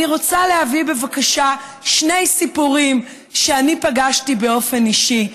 רוצה להביא בבקשה שני סיפורים שאני פגשתי באופן אישי.